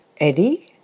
Eddie